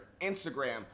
Instagram